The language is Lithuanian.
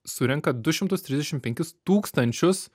surenka du šimtus trisdešim penkis tūkstančius